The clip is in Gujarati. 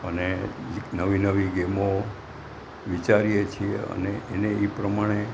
અને નવી નવી ગેમો વિચારીએ છીએ અને એને એ પ્રમાણે